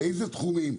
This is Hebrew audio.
באיזה תחומים,